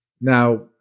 Now